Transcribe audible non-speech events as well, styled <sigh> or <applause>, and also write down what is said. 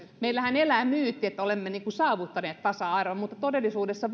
meillähän elää myytti että olemme niin kuin saavuttaneet tasa arvon mutta todellisuudessa <unintelligible>